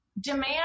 demand